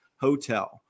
Hotel